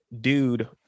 dude